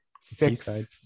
six